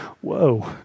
whoa